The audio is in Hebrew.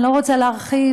אני לא רוצה להרחיב,